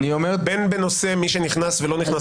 בין בנושא מי שנכנס ולא נכנס לחדר,